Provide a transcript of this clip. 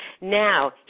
Now